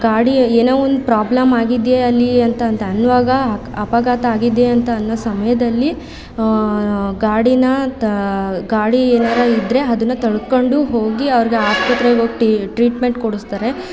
ಗಾಡಿ ಏನೋ ಒಂದು ಪ್ರಾಬ್ಲಮ್ ಆಗಿದೆ ಅಲ್ಲಿ ಅಂತ ಅಂತ ಅನ್ನುವಾಗ ಅಪಘಾತ ಆಗಿದೆ ಅಂತ ಅನ್ನೋ ಸಮಯದಲ್ಲಿ ಗಾಡಿನ ತ ಗಾಡಿ ಏನಾದ್ರು ಇದ್ದರೆ ಅದನ್ನು ತಳ್ಕೊಂಡು ಹೋಗಿ ಅವ್ರಿಗೆ ಆಸ್ಪತ್ರೆಗೆ ಹೋಗ್ ಟ್ರೀಟ್ಮೆಂಟ್ ಕೊಡಿಸ್ತಾರೆ